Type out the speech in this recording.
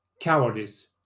cowardice